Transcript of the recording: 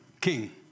king